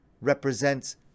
represents